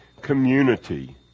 community